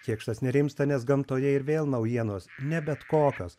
kėkštas nerimsta nes gamtoje ir vėl naujienos ne bet kokios